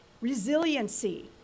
Resiliency